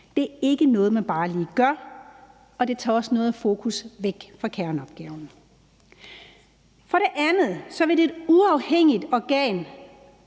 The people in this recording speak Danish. Det er ikke noget, man bare lige gør, og det tager også noget af fokusset væk fra kerneopgaven. For det andet vil et uafhængigt organ,